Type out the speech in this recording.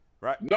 Right